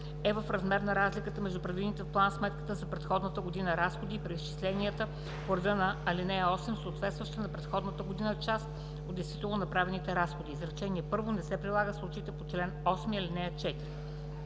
е в размер на разликата между предвидените в план-сметката за предходната година разходи и преизчислената по реда на ал. 8, съответстваща за предходната година част от действително направените разходи. Изречение първо не се прилага в случаите по чл. 8, ал. 4.